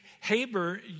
Haber